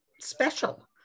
special